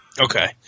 Okay